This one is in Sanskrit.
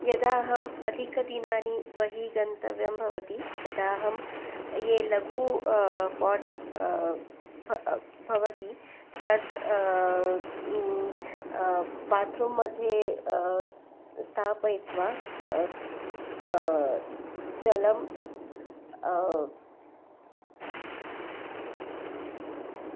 यदाहम् अधिकदिनानि बहिः गन्तव्यं भवति तदाहं ये लघु पाट् भ भवति तद् बात्रूम् मध्ये स्थापयित्वा जलं